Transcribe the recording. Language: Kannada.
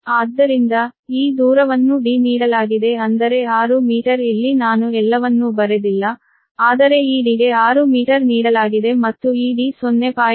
ಆದ್ದರಿಂದ ಈ ಡಿಸ್ಟೆನ್ಸ್ ಅನ್ನು D ಎಂದುನೀಡಲಾಗಿದೆ ಅಂದರೆ 6 ಮೀಟರ್ ಇಲ್ಲಿ ನಾನು ಎಲ್ಲವನ್ನೂ ಬರೆದಿಲ್ಲ ಆದರೆ ಈ ಡಿಗೆ 6 ಮೀಟರ್ ನೀಡಲಾಗಿದೆ ಮತ್ತು ಈ D 0